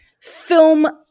film